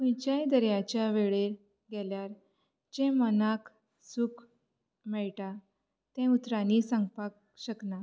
खंयच्याय दर्याच्या वेळेर गेल्यार जें मनाक सूख मेळटा तें उतरांनी सांगपाक शकना